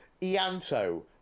Ianto